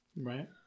Right